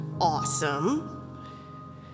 awesome